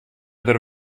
der